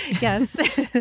yes